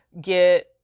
get